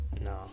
No